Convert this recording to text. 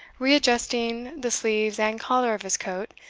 readjusting the sleeves and collar of his coat,